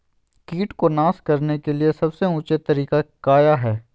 किट को नास करने के लिए सबसे ऊंचे तरीका काया है?